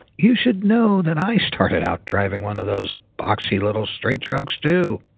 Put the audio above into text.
you should know that i started out driving one of those boxy little straight trucks too